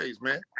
man